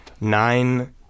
nine